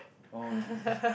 oh